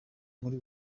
muri